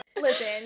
Listen